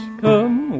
come